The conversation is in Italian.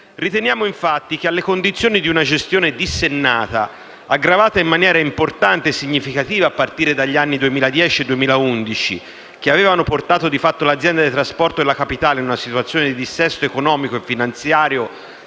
Riteniamo infatti che rispetto alle condizioni di una gestione dissennata, aggravata in maniera importante e significativa a partire dagli anni 2010-2011, che avevano portato di fatto l'azienda di trasporto della capitale in una situazione di dissesto economico e finanziario